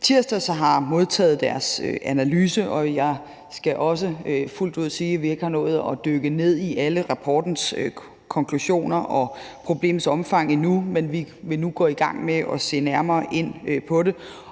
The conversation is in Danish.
tirsdags modtaget deres analyse, og jeg skal også fuldt ud sige, at vi ikke har nået at dykke ned i alle rapportens konklusioner og problemets omfang endnu, men vi vil nu gå i gang med at se nærmere på det,